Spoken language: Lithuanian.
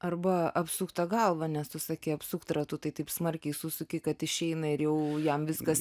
arba apsukt tą galvą nes tu sakei apsukt ratu tai taip smarkiai susuki kad išeina ir jau jam viskas